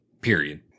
period